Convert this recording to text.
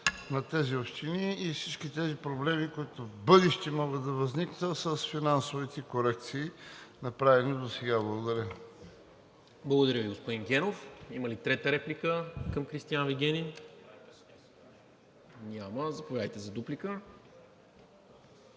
на тези общини и всичките проблеми, които в бъдеще могат да възникнат с финансовите корекции, направени досега. Благодаря. ПРЕДСЕДАТЕЛ НИКОЛА МИНЧЕВ: Благодаря Ви, господин Генов. Има ли трета реплика към Кристиан Вигенин? Няма. Заповядайте за дуплика,